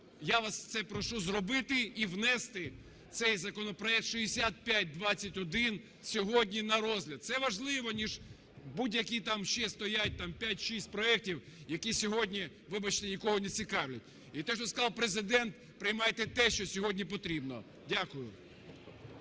Я вас це прошу зробити і внести цей законопроект 6521 сьогодні на розгляд. Це важливо ніж будь-які там ще стоять, там п'ять-шість проектів, які сьогодні, вибачте, нікого не цікавлять. І те, що сказав Президент, приймайте те, що сьогодні потрібно. Дякую.